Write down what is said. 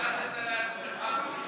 החלטת לעצמך.